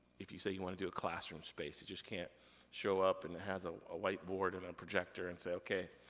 if you say you wanna do a classroom space. you just can't show up, and it has ah a white board and a and projector, and say, okay,